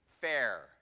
fair